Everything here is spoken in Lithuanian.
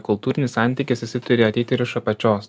kultūrinis santykis jisai turi ateiti ir iš apačios